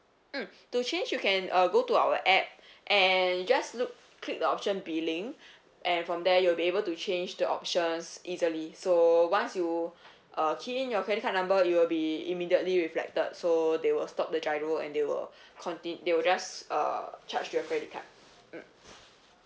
mm to change you can uh go to our app and just look click the option billing and from there you'll be able to change the options easily so once you uh key in your credit card number it will be immediately reflected so they will stop the GIRO and they will conti~ they will just uh charge your credit card mm